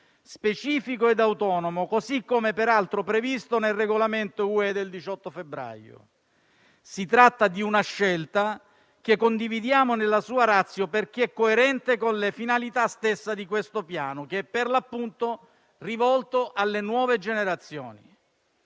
specifico e autonomo, come peraltro previsto nel regolamento UE del 18 febbraio. Si tratta di una scelta che condividiamo nella sua *ratio* perché coerente con le finalità stesse di questo Piano, che è per l'appunto rivolto alle nuove generazioni.